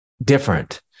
Different